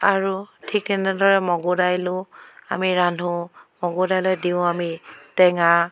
আৰু ঠিক তেনেদৰে মগুৰ দাইলো আমি ৰান্ধো মগুৰ দাইলত দিওঁ আমি টেঙা